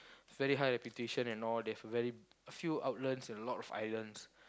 very high reputation and all they have very a few outlets in a lot of islands